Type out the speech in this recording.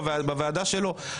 בוועדה שלו.